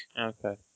Okay